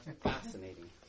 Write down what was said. fascinating